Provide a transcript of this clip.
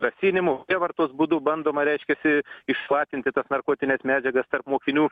grasinimų prievartos būdu bandoma reiškiasi išplatinti tas narkotines medžiagas tarp mokinių